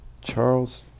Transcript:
charles